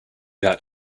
that